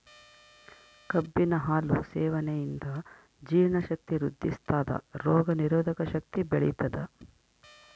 ಕಬ್ಬಿನ ಹಾಲು ಸೇವನೆಯಿಂದ ಜೀರ್ಣ ಶಕ್ತಿ ವೃದ್ಧಿಸ್ಥಾದ ರೋಗ ನಿರೋಧಕ ಶಕ್ತಿ ಬೆಳಿತದ